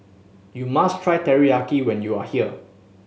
you must try Teriyaki when you are here